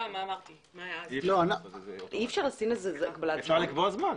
אפשר לקבוע זמן,